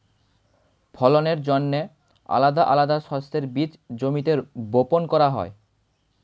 ফলনের জন্যে আলাদা আলাদা শস্যের বীজ জমিতে বপন করা হয়